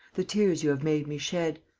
the tears you have made me shed!